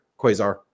Quasar